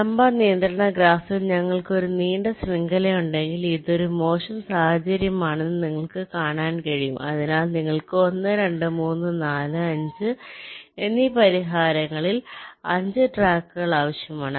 ലംബ നിയന്ത്രണ ഗ്രാഫിൽ ഞങ്ങൾക്ക് ഒരു നീണ്ട ശൃംഖലയുണ്ടെങ്കിൽ ഇതൊരു മോശം സാഹചര്യമാണെന്ന് നിങ്ങൾക്ക് കാണാൻ കഴിയും അതിനാൽ നിങ്ങൾക്ക് 1 2 3 4 5 എന്നീ പരിഹാരങ്ങളിൽ 5 ട്രാക്കുകൾ ആവശ്യമാണ്